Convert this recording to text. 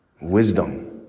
wisdom